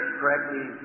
correctly